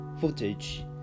footage